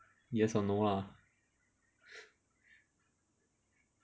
yes or no lah